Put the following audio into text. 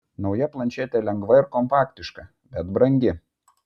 nauja plančetė lengva ir kompaktiška bet brangi